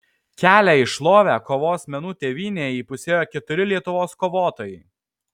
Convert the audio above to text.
kelią į šlovę kovos menų tėvynėje įpusėjo keturi lietuvos kovotojai